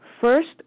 First